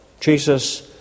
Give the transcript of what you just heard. Jesus